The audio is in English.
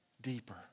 deeper